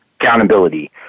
accountability